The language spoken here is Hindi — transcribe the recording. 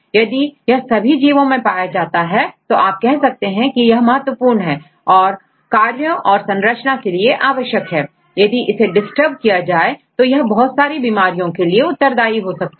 यदि यह सभी जीवो में पाया जा रहा है तो आप कह सकते हैं कि यह बहुत महत्वपूर्ण है और कार्यों और संरचना के लिए आवश्यक है यदि इसे डिस्टर्ब किया जाए तो यह बहुत सी बीमारियों के लिए उत्तरदाई हो सकता है